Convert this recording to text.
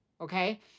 okay